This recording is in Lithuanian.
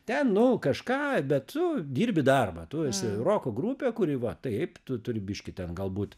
ten nu kažką bet tu dirbi darbą tu esi roko grupė kuri va taip tu turi biškį ten galbūt